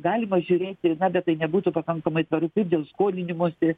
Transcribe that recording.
galima žiūrėti na bet tai nebūtų pakankamai tvaru kaip dėl skolinimosi